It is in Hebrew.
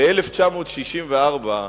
ב-1964,